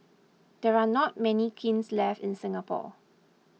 there are not many kilns left in Singapore